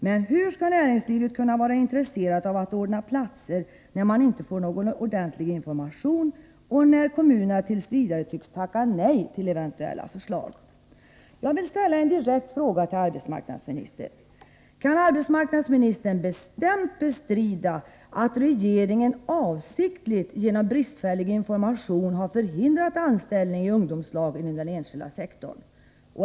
Men hur skall näringslivet kunna vara intresserat av att ordna platser, när man inte får någon ordentlig information och när kommunerna t.v. tycks tacka nej till eventuella förslag? Jag vill ställa två direkta frågor till arbetsmarknadsministern: Kan arbetsmarknadsministern bestämt bestrida att regeringen avsiktligt genom bristfällig information har förhindrat anställning i ungdomslag inom den enskilda sektorn?